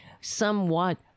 somewhat